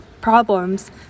problems